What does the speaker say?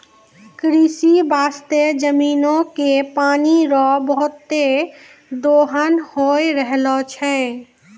कृषि बास्ते जमीनो के पानी रो बहुते दोहन होय रहलो छै